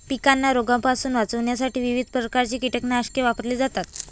पिकांना रोगांपासून वाचवण्यासाठी विविध प्रकारची कीटकनाशके वापरली जातात